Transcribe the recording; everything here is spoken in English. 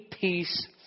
peace